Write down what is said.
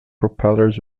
propellers